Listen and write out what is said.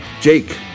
Jake